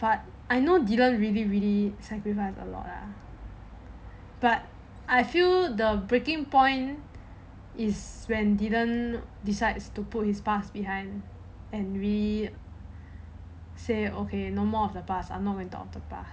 but I know dylan really really sacrificed a lot lah but I feel the breaking point is when dylan decide to put his stuff behind or maybe say okay no more of the past I'm not going to talk about the past